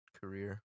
career